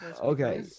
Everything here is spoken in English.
Okay